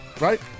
right